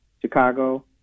Chicago